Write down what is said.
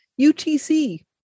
UTC